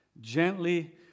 gently